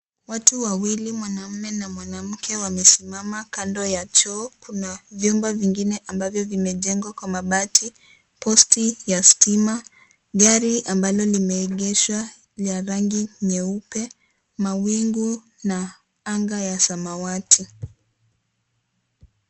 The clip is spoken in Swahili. Watu wawili mwanamume na mwanamke wamesimama kando ya choo, kuna vyumba vingine ambavyo vimejengwa kwa mabati post ya stima. Gari ambalo lime egeshwa ya rangi nyeupe mawingu na anga ya samawati.